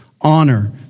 Honor